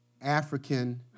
African